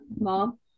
Mom